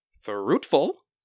fruitful